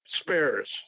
spares